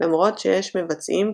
למרות שיש מבצעים,